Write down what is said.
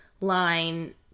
line